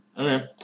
Okay